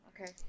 Okay